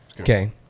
Okay